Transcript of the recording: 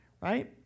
right